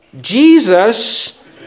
Jesus